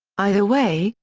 either way,